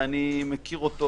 ואני מכיר אותו,